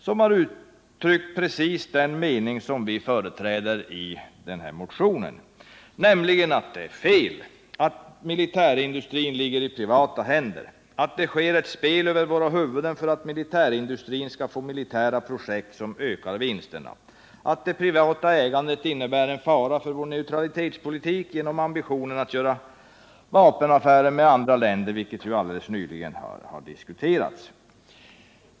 De har uttryckt just den mening som vi företräder i den här motionen, nämligen att det är fel att militärindustrin ligger i privata händer, att det sker ett spel över våra huvuden för att militärindustrin skall få militära projekt som ökar vinsterna, att det privata ägandet innebär en fara för vår neutralitetspolitik till följd av ambitionerna att göra vapenaffärer med andra länder, vilket alldeles nyligen har diskuterats.